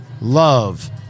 love